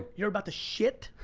you're about to shit